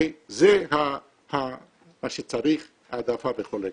מה שצריך זה העדפה בכל הקשר.